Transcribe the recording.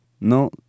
¿No